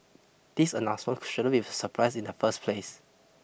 this announcement shouldn't be a surprise in the first place